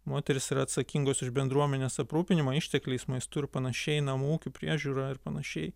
moterys yra atsakingos už bendruomenės aprūpinimą ištekliais maistu ir panašiai namų ūkiu priežiūra ir panašiai